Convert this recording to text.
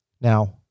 Now